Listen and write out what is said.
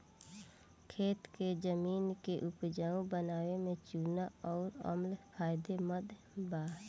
खेत के जमीन के उपजाऊ बनावे में चूना अउर अम्ल फायदेमंद बा